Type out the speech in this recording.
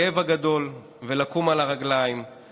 הגדלת נקודות זיכוי להורים במס הכנסה והגדלת מענק עבודה (הוראת שעה)